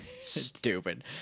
Stupid